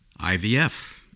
IVF